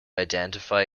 identify